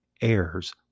heirs